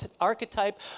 archetype